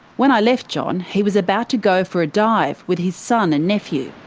when i left john, he was about to go for a dive with his son and nephew.